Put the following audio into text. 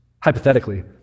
hypothetically